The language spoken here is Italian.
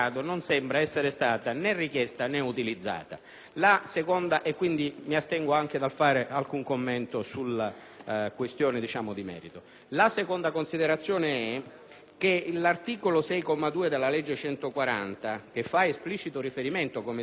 La seconda considerazione è che l'articolo 6, comma 2, della legge n. 140 del 2003, che fa esplicito riferimento, come dice il collega Li Gotti, al giudice per le indagini